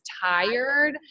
tired